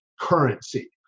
currency